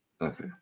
Okay